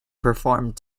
performed